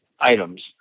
items